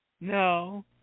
No